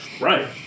Right